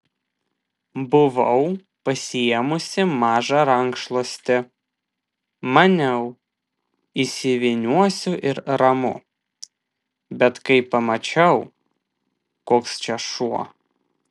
buvau pasiėmusi mažą rankšluostį maniau įsivyniosiu ir ramu bet kai pamačiau koks čia šuo